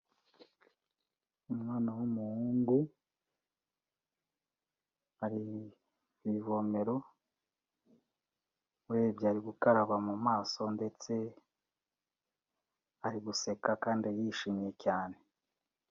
Umwana w'umuhungu ari ku ivomero, urebye ari gukaraba mu maso ndetse ari guseka kandi yishimye cyane.